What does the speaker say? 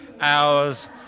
hours